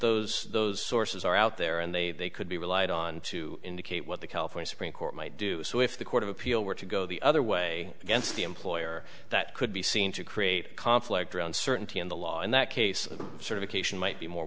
those those sources are out there and they could be relied on to indicate what the california supreme court might do so if the court of appeal were to go the other way against the employer that could be seen to create conflict around certainty in the law and that case sort of occasion might be more